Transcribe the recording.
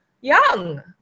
young